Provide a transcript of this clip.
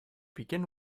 begin